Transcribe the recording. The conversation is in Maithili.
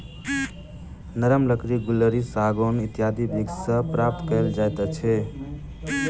नरम लकड़ी गुल्लरि, सागौन इत्यादि वृक्ष सॅ प्राप्त कयल जाइत अछि